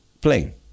playing